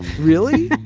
really.